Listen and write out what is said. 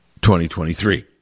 2023